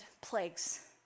plagues